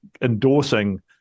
endorsing